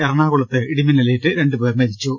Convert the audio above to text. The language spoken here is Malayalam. എറണാകുളത്ത് ഇടിമിന്നലേറ്റ് രണ്ടുപേർ മരിച്ചു